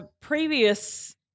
previous